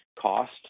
cost